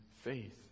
faith